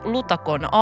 Lutakon